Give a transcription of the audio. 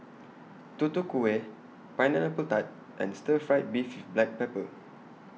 Tutu Kueh Pineapple Tart and Stir Fried Beef with Black Pepper